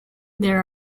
there